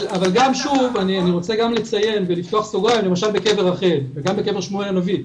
אני רוצה לפתוח סוגריים לגבי קבר רחל וקבר שמואל הנביא,